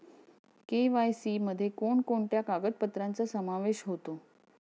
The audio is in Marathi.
के.वाय.सी मध्ये कोणकोणत्या कागदपत्रांचा समावेश होतो?